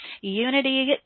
unity